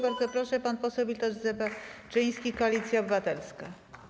Bardzo proszę, pan poseł Witold Zembaczyński, Koalicja Obywatelska.